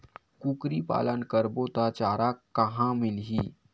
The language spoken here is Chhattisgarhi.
कुकरी पालन करबो त चारा कहां मिलही?